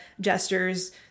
gestures